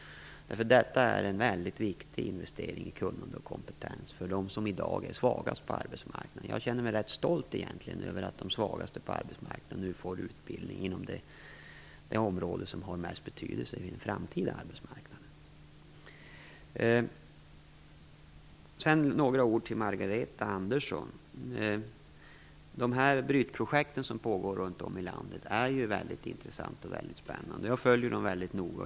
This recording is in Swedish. Detta är ju en väldigt viktig investering i kunnande och kompetens för dem som i dag är svagast på arbetsmarknaden. Jag känner mig egentligen rätt stolt över att de svagaste på arbetsmarknaden nu får utbildning inom det område som har störst betydelse på en framtida arbetsmarknad. Sedan vill jag säga några ord till Margareta Andersson. De Brytprojekt som pågår runt om i landet är väldigt intressanta och spännande, och jag följer dem noga.